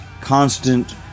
constant